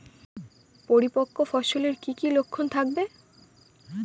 পরিপক্ক ফসলের কি কি লক্ষণ থাকবে?